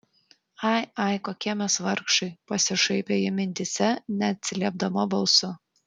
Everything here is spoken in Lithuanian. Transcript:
ai ai kokie mes vargšai pasišaipė ji mintyse neatsiliepdama balsu